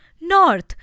North